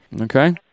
Okay